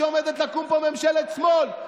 בגלל שרואים שעומדת לקום פה ממשלת שמאל,